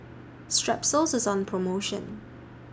Strepsils IS on promotion